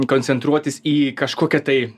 koncentruotis į kažkokią tai